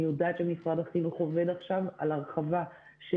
אני יודעת שמשרד החינוך עובד עכשיו על הרחבה של